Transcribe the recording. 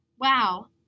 Wow